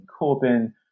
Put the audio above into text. Corbyn